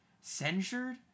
censured